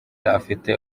afite